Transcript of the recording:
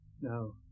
No